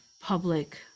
public